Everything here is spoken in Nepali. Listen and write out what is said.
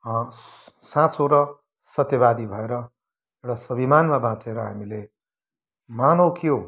साँचो र सत्यवादी भएर एउटा स्वाभिमानमा बाँचेर हामीले मानव के हो